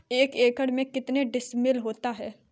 एक एकड़ में कितने डिसमिल होता है?